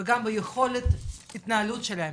וגם ביכולת ההתנהלות שלהם.